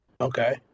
Okay